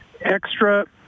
extra